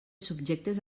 subjectes